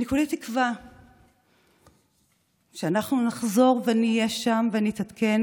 אני כולי תקווה שאנחנו נחזור ונהיה שם ונתעדכן,